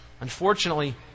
Unfortunately